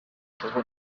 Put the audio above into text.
togo